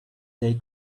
they